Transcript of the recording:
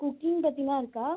cooking பற்றிலாம் இருக்கா